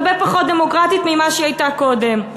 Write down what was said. הרבה פחות דמוקרטית ממה שהיא הייתה קודם.